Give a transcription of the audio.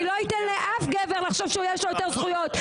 אני לא אתן לאף גבר לחשוב שיש לו יותר זכויות,